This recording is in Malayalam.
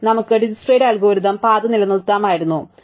നമുക്ക് ദിജ്ക്സ്ട്രയുടെ അൽഗോരിതം പാത നിലനിർത്താമായിരുന്നു ശരിയാണ്